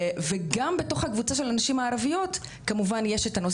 וגם בתוך הקבוצה של הנשים הערביות כמובן יש את הנושא